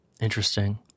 interesting